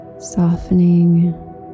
softening